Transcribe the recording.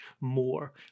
more